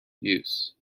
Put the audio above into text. use